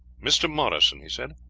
mr. morrison, he said,